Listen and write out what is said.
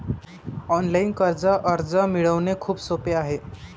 online कर्ज अर्ज मिळवणे खूप सोपे आहे